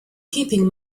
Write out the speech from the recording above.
keeping